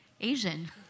Asian